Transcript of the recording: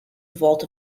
vault